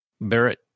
Barrett